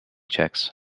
checks